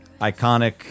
iconic